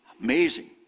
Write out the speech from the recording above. amazing